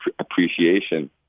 appreciation